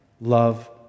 Love